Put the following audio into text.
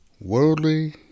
Worldly